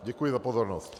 Děkuji za pozornost.